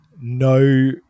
no